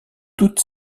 toutes